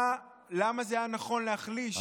למה זה היה נכון להחליש,